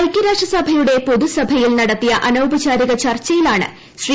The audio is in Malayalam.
ഐക്യരാഷ്ട്ര സഭയുടെ പൊതുസഭയിൽ നടത്തിയ അനൌപചാരിക ചർച്ചയിലാണ് ശ്രീ